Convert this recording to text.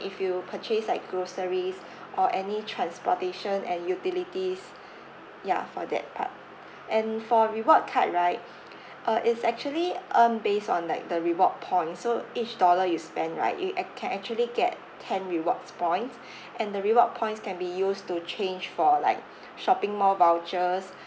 if you purchase like groceries or any transportation and utilities ya for that part and for reward card right uh is actually earn based on like the reward points so each dollar you spend right you act~ can actually get ten rewards points and the reward points can be used to change for like shopping mall vouchers